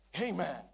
Amen